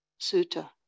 Sutta